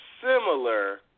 similar